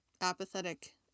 apathetic